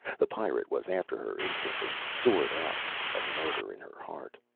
the pirate was after her instantly, sword out and murder in her heart.